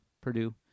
Purdue